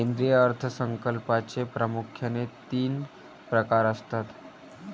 केंद्रीय अर्थ संकल्पाचे प्रामुख्याने तीन प्रकार असतात